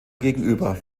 gegenüber